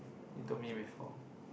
you told me before